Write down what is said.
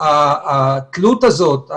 התלות הזאת,